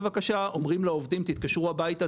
אומרים לעובדים "תתקשרו הביתה,